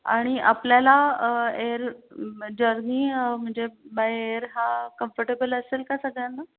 आणि आपल्याला air journey म्हणजे बाय एअर हा कम्फटेबल असेल का सगळ्यांना